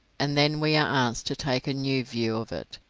and then we are asked to take a new view of it.